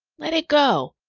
let it go!